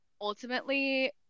Ultimately